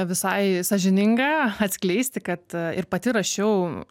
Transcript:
visai sąžininga atskleisti kad ir pati rašiau